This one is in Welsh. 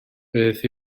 beth